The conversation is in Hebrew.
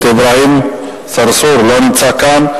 חבר הכנסת אברהים צרצור, לא נמצא כאן.